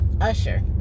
Usher